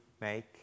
make